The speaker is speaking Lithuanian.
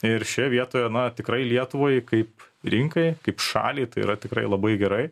ir šioje vietoje na tikrai lietuvai kaip rinkai kaip šaliai tai yra tikrai labai gerai